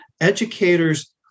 educators